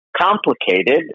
complicated